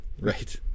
right